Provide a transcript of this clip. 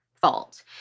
fault